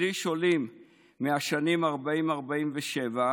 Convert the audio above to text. שליש עולים מהשנים 1940 1947,